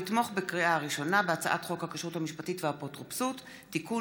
לתמוך בקריאה הראשונה בהצעת חוק הכשרות המשפטית והאפוטרופסות (תיקון,